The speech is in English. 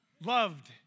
loved